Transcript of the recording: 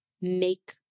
make